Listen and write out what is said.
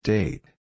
Date